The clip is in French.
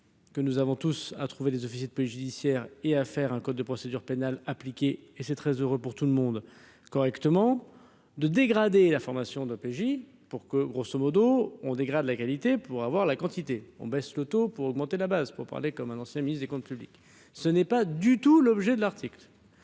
Que nous avons tous à trouver des officiers de police judiciaire et à faire un code de procédure pénale appliquée et c'est très heureux pour tout le monde correctement de dégrader la formation d'OPJ pour que grosso modo on dégrade la qualité pour avoir la quantité on baisse le taux pour augmenter la base pour parler comme un ancien ministre des Comptes publics. Ce n'est pas du tout l'objet de l'article.